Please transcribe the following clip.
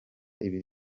ibiri